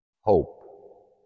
hope